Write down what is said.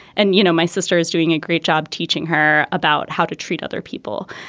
and you know my sister is doing a great job teaching her about how to treat other people.